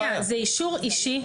זה אישור אישי.